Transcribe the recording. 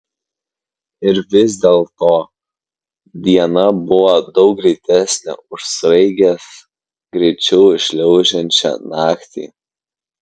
ir vis dėlto diena buvo daug greitesnė už sraigės greičiu šliaužiančią naktį